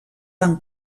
van